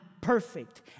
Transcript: perfect